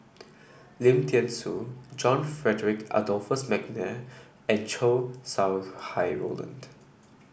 Lim Thean Soo John Frederick Adolphus McNair and Chow Sau Hai Roland